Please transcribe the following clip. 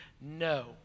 no